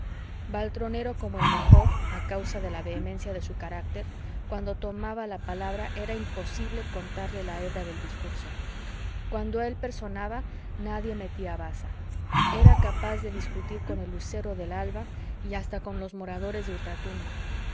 baltronero como el mejor a causa de la vehemencia de su carácter cuando tomaba la palabra era imposible cortarle la hebra del discurso cuando él peroraba nadie metía baza era capaz de discutir con el lucero del alba y hasta con los moradores de ultra tumba